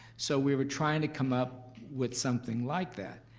so we were trying to come up with something like that.